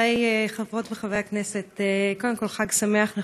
חברות וחברי הכנסת, קודם כול, חג שמח לכולם,